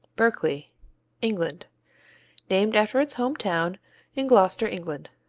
berkeley england named after its home town in gloucester, england.